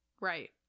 right